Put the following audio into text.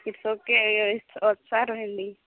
it's okay వస్తారులెండి